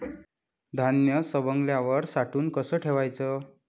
धान्य सवंगल्यावर साठवून कस ठेवाच?